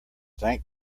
thank